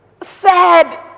sad